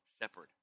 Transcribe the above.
shepherd